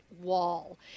wall